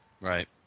Right